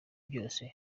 byose